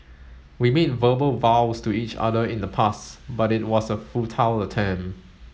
we made verbal vows to each other in the past but it was a futile attempt